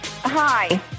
Hi